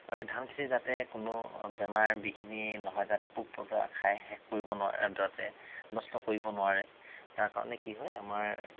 আৰু এই ধানখেতি যাতে কোনো বেমাৰ বিঘিনি নহয় যাতে পোক পৰুৱা খাই শেষ কৰিব নোৱাৰে আৰু যাতে নষ্ট কৰিব নোৱাৰে তাৰ কাৰণে কি হয় আমাৰ